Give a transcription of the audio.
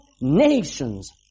nations